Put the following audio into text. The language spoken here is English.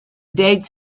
dates